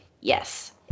Yes